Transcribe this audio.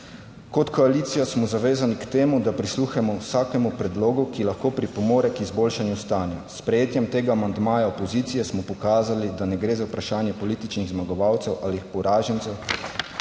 Kot koalicija smo zavezani k temu, da prisluhnemo vsakemu predlogu, ki lahko pripomore k izboljšanju stanja. S sprejetjem tega amandmaja opozicije smo pokazali, da ne gre za vprašanje političnih zmagovalcev ali poražencev,